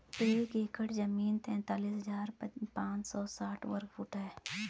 एक एकड़ जमीन तैंतालीस हजार पांच सौ साठ वर्ग फुट है